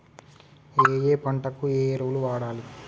ఏయే పంటకు ఏ ఎరువులు వాడాలి?